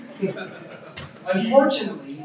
Unfortunately